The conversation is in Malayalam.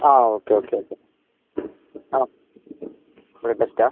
ആ ഓക്കെ ഓക്കെ ഓക്കെ ആ ബ്ലഡ് ടെസ്റ്റ് ആണോ